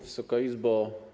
Wysoka Izbo!